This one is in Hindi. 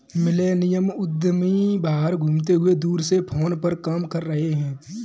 मिलेनियल उद्यमी बाहर घूमते हुए दूर से फोन पर काम कर रहे हैं